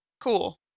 Cool